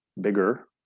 bigger